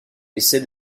essaie